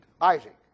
Isaac